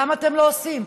למה אתם לא עושים?